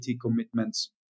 commitments